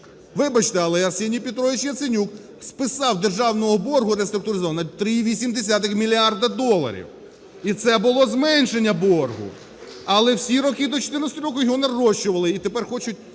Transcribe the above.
Вибачте, але Арсеній Петрович Яценюк списав державного боргу, реструктуризовано 3,8 мільярда доларів, і це було зменшення боргу. Але всі роки до 14-го року його нарощували. І тепер хочуть